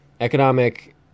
economic